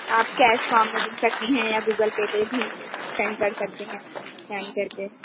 آپ cash form میں دے سکتی ہیں یا گوگل پے بھی سینڈ کر سکتے ہیں اسکین کر کے